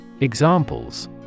Examples